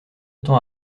temps